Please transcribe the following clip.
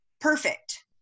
perfect